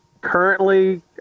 currently